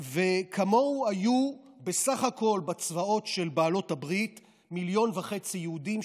כמוהו היו בסך הכול בצבאות של בעלות הברית מיליון וחצי מיליון יהודים,